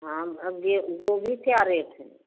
हाँ अब गे गोभी क्या रेट है